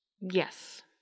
yes